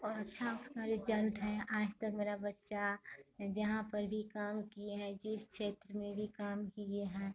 और अच्छा उसका रिजल्ट है आज तक मेरा बच्चा जहाँ पर भी काम किए हैं जिस क्षेत्र में भी काम किए हैं